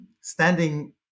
standing